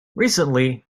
recently